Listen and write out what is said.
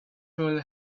hole